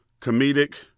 comedic